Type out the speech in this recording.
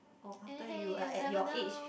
or after you are at your age